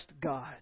God